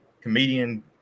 comedian